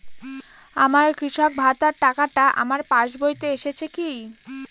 আমার কৃষক ভাতার টাকাটা আমার পাসবইতে এসেছে কি?